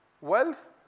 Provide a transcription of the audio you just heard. Wealth